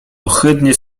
ohydnie